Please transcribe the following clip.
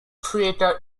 theater